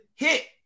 Hit